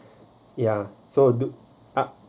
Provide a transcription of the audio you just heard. ya so du~